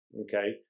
okay